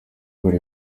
buri